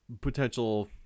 potential